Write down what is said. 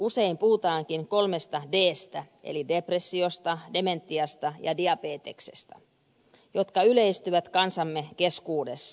usein puhutaankin kolmesta dstä eli depressiosta dementiasta ja diabeteksesta jotka yleistyvät kansamme keskuudessa